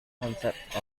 concept